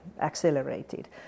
accelerated